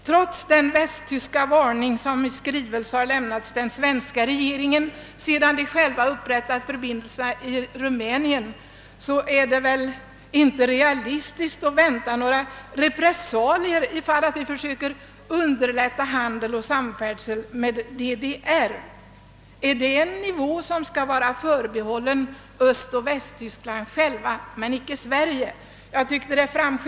Trots den västtyska varning som i skrivelse har lämnats den svenska regeringen, sedan Västtyskland självt upprättat förbindelser med Rumänien, är det väl inte realistiskt att vänta några repressalier ifall vi försöker underlätta handel och samfärdsel med DDR. är en sådan verksamhet någonting som skall vara förbehållet Västtyskland i förhållande till Östtyskland men icke tillåtas Sverige?